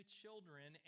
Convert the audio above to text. children